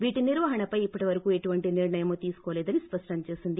వీటి నిర్వహణపై ఇప్పటివరకు ఎలాంటి నిర్ణయమూ తీసుకోలేదని స్పష్టం చేసింది